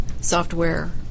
software